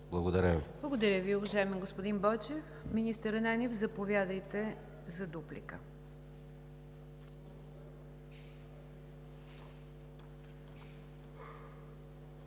Благодаря Ви, уважаеми господин Бойчев. Министър Ананиев, заповядайте за дуплика.